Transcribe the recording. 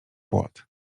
płot